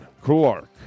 Clark